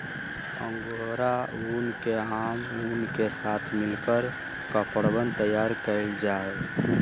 angora ऊन के आम ऊन के साथ मिलकर कपड़वन तैयार कइल जाहई